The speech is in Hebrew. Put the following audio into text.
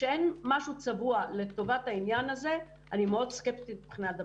כשאין משהו צבוע לטובת העניין הזה אני סקפטית מבחינת הביצוע.